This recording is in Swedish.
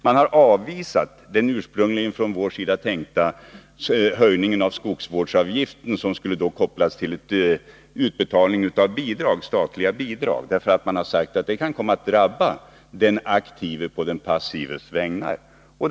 Man har avvisat den från vår sida ursprungligen tänkta höjningen av skogsvårdsavgiften, som därvid skulle kopplats till utbetalning av statliga bidrag. Man har sagt att det kan komma att drabba den aktive i stället för den passive.